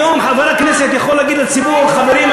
היום חבר הכנסת יכול להגיד לציבור: חברים,